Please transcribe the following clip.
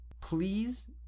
Please